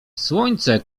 słońce